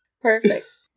Perfect